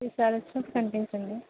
ఈ సారి వచ్చినప్పుడు కనిపించండే